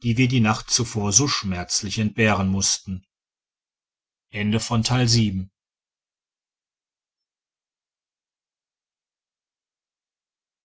wir die nacht zuvor so schmerzlich entbehren mussten